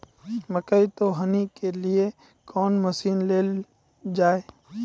मकई तो हनी के लिए कौन मसीन ले लो जाए?